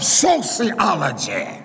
sociology